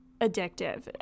addictive